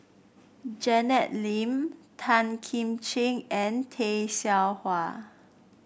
Janet Lim Tan Kim Ching and Tay Seow Huah